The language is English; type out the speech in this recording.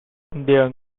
they